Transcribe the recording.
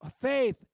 faith